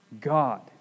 God